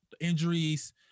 injuries